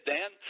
Dan